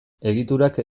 egiturak